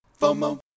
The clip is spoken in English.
FOMO